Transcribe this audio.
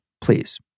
please